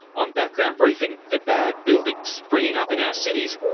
on background briefing, the bad buildings springing up in our cities,